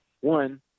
One